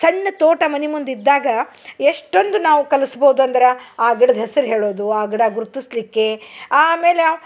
ಸಣ್ಣ ತೋಟ ಮನಿ ಮುಂದೆ ಇದ್ದಾಗ ಎಷ್ಟೊಂದು ನಾವು ಕಲ್ಸ್ಬೋದು ಅಂದ್ರ ಆ ಗಿಡದ ಹೆಸ್ರು ಹೇಳೋದು ಆ ಗಿಡ ಗುರ್ತಿಸಲಿಕ್ಕೆ ಆಮೇಲೆ